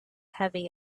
heavy